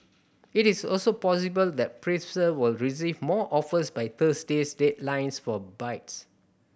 it is also possible that Pfizer will receive more offers by Thursday's deadlines for bids